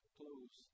close